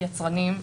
יצרנים.